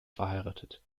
verheiratet